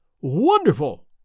Wonderful